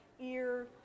ear